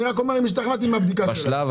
אני רק אומר אם השתכנעתי מהבדיקה של רשות המיסים.